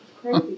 crazy